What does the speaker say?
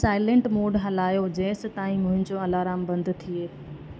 silent mode हलायो जेसि ताईं मुंहिंजो अलाराम बंदि थिए